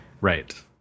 Right